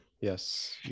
yes